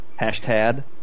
hashtag